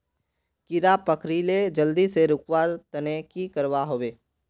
कीड़ा पकरिले जल्दी से रुकवा र तने की करवा होबे?